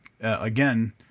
again